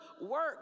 work